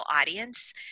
audience